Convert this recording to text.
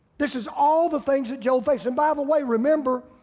this is all the things that job faced, and by the way, remember,